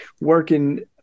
working